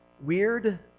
weird